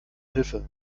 hilfe